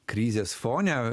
krizės fone